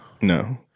No